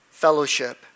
Fellowship